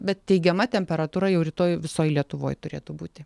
bet teigiama temperatūra jau rytoj visoj lietuvoj turėtų būti